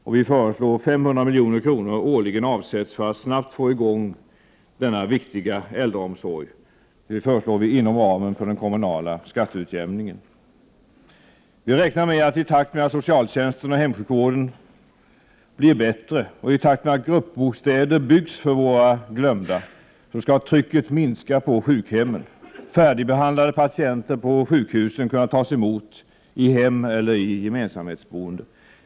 Vårt förslag är att 500 milj.kr. årligen avsätts för att snabbt få igång denna viktiga äldreomsorg. Det skall ske inom ramen för den kommunala skatteutjämningen. I takt med att socialtjänsten och hemsjukvården blir bättre och i takt med att gruppbostäder byggs för våra glömda räknar vi med att trycket på sjukhemmen kommer att minska. Färdigbehandlade patienter på sjukhusen skall kunna tas emot i hem eller i gemensamhetsboende.